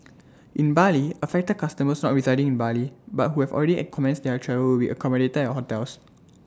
in Bali affected customers not residing in Bali but who have already at commenced their travel will be accommodated at hotels